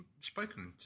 spoken